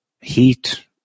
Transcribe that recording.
heat